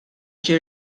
ġie